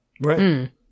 Right